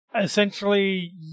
essentially